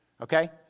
Okay